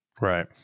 Right